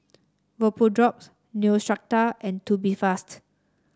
Vapodrops Neostrata and Tubifast